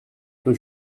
peu